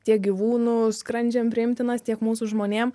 tiek gyvūnų skrandžiam priimtinas tiek mūsų žmonėm